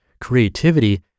creativity